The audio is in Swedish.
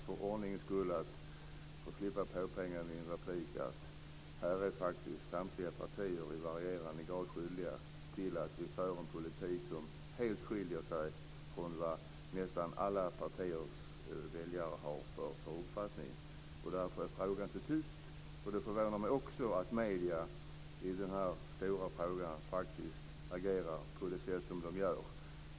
För ordningens skull, och för att slippa påpekanden i en replik, vill jag också säga att här är samtliga partier i varierande grad skyldiga till att vi för en politik som helt skiljer sig från vad nästan alla partiers väljare har för uppfattning. Därför är frågan så tyst. Det förvånar mig också att medierna i den här stora frågan agerar på det sätt som de gör.